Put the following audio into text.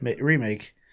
remake